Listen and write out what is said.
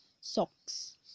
socks